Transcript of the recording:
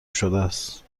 شدهست